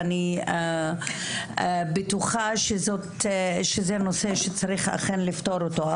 ואני בטוחה שזה נושא שצריך אכן לפתור אותו.